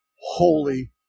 holy